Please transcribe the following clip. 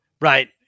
Right